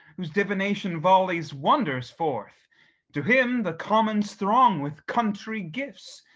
whose divination volleys wonders forth to him the commons throng with country gifts.